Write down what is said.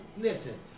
listen